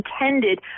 intended